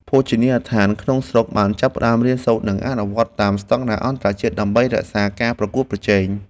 ភោជនីយដ្ឋានក្នុងស្រុកបានចាប់ផ្តើមរៀនសូត្រ និងអនុវត្តតាមស្តង់ដារអន្តរជាតិដើម្បីរក្សាការប្រកួតប្រជែង។